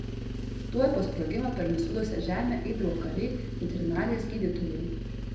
tuoj po sprogimo per nusvilusią žemę eidavo kariai veterinarijos gydytojai